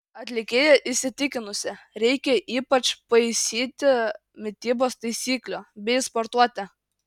atlikėja įsitikinusi reikia ypač paisyti mitybos taisyklių bei sportuoti